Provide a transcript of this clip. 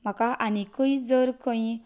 म्हाका आनीकय जर खंय